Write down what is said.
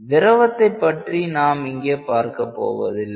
திரவத்தைப் பற்றி இங்கே நாம் பார்க்கப் போவதில்லை